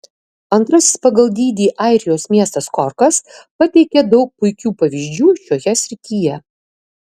antrasis pagal dydį airijos miestas korkas pateikia daug puikių pavyzdžių šioje srityje